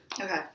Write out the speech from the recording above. Okay